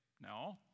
No